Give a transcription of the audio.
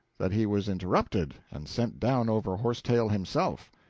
that he was interrupted and sent down over horse-tail himself.